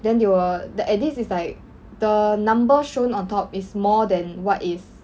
then they will the edits is like the number shown on top is more than what is